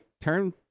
turn